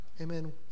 amen